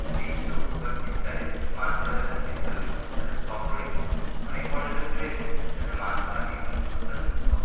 গ্রীষ্ম বা শীতকালে মাছধরা যাদের পেশা রয়েছে যাদের শখ রয়েছে অনেক পর্যটকই রয়েছেন যাদের মাছধরা একটি অত্যাধুনিক শখ